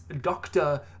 Doctor